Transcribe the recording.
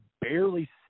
barely